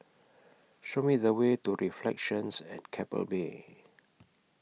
Show Me The Way to Reflections At Keppel Bay